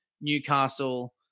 Newcastle